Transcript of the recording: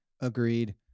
Agreed